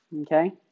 Okay